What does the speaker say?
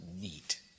neat